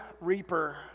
reaper